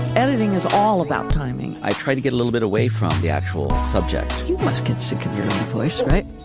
editing is all about timing. i tried to get a little bit away from the actual subject. you must get sick in your place right.